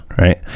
Right